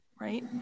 right